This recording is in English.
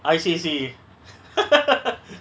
I see I see